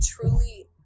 truly